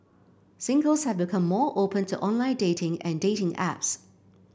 singles have become more open to online dating and dating apps